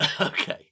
Okay